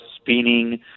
spinning